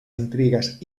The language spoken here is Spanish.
intrigas